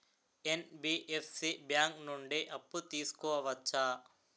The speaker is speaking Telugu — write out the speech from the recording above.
ఎన్.బి.ఎఫ్.సి బ్యాంక్ నుండి అప్పు తీసుకోవచ్చా?